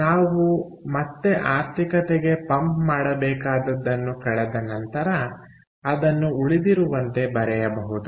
ನಾವು ಮತ್ತೆ ಆರ್ಥಿಕತೆಗೆ ಪಂಪ್ ಮಾಡಬೇಕಾದದ್ದನ್ನು ಕಳೆದ ನಂತರ ಅದನ್ನು ಉಳಿದಿರುವಂತೆ ಬರೆಯಬಹುದು